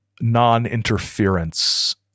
non-interference